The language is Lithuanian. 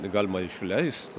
galima išleist